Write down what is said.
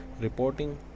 Reporting